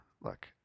look